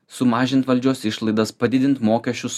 sumažint valdžios išlaidas padidint mokesčius